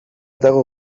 dago